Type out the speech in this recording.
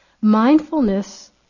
Mindfulness